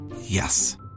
Yes